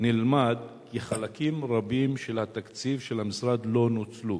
נלמד כי חלקים רבים של התקציב של המשרד לא נוצלו.